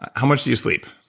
how much do you sleep?